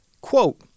quote